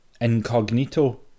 incognito